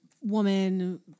woman